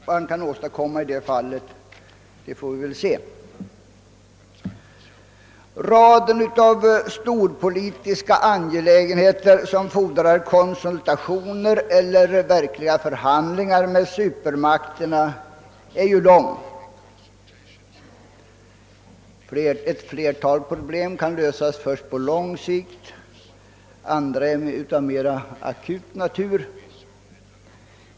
Vad han kan åstadkomma i det fallet får vi väl se. Raden av storpolitiska frågor som fordrar konsultationer eller verkliga förhandlingar mellan supermakterna är lång. Ett flertal problem kan bara lösas på lång sikt; andra är av mera akut natur.